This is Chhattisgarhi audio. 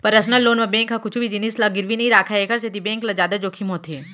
परसनल लोन म बेंक ह कुछु भी जिनिस ल गिरवी नइ राखय एखर सेती बेंक ल जादा जोखिम होथे